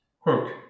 Quote